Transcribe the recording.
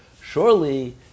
surely